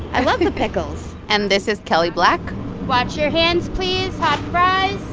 i love the pickles and this is kelly black watch your hands, please hot fries.